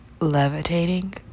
levitating